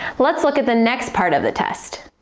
let's look at the next part of the test.